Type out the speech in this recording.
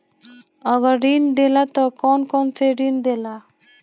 अगर ऋण देला त कौन कौन से ऋण देला?